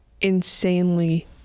insanely